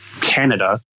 Canada